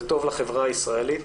זה טוב לחברה הישראלית,